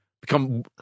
Become